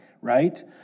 right